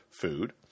food